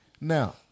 Now